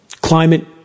climate